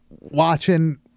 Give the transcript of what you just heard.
watching